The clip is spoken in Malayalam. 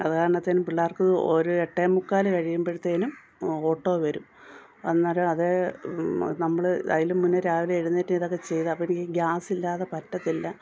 അത് കാരണത്തിനു പിള്ളേർക്ക് ഒരു എട്ടേ മുക്കാൽ കഴിയുമ്പോഴത്തേനും ഓട്ടോ വരും അന്നേരം അതെ നമ്മുടെ അതിലും മുമ്പേ രാവിലെ എഴുന്നേറ്റിതൊക്കെ ചെയ്തപ്പം എനിക്ക് ഗ്യാസില്ലാതെ പറ്റത്തില്ല